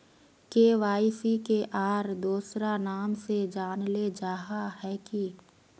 KYC के आर दोसरा नाम से जानले जाहा है की?